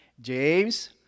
James